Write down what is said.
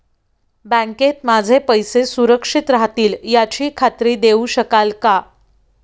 बँकेत माझे पैसे सुरक्षित राहतील याची खात्री देऊ शकाल का?